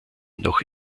noch